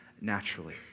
naturally